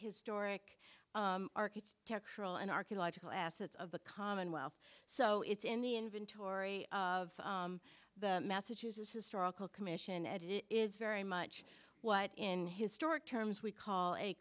historic architectural and archaeological assets of the commonwealth so it's in the inventory of the massachusetts historical commission and it is very much what in historic terms we call a